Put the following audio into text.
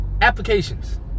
applications